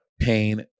pain